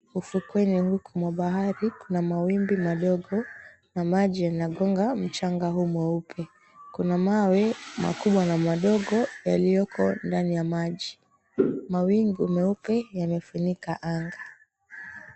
Ufukweni kuna bahari, kuna mawingu madogo na maji yanagonga mchanga huu mweupe. Kuna mawe makubwa na madogo yalioko ndani ya maji. Mawingu meupe yamefunika anga.